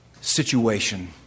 situation